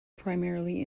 primarily